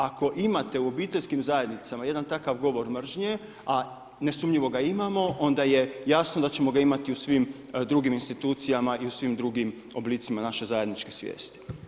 Ako imate u obiteljskim zajednicama jedan takav govor mržnje, a nesumnjivo ga imamo, onda je jasno da ćemo ga imati u svim drugim institucijama i u svim drugim oblicima naše zajedničke svijesti.